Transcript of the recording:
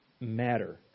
matter